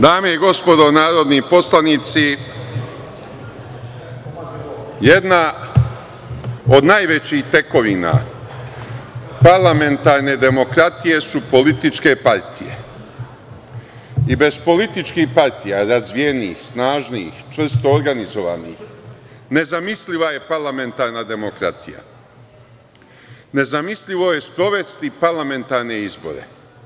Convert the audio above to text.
Dame i gospodo narodni poslanici, jedna od najvećih tekovina parlamentarne demokratije su političke partije i bez političkih partija, razvijenih, snažnih, čvrsto organizovanih, nezamisliva je parlamentarna demokratije, nezamislivo je sprovesti parlamentarne izbore.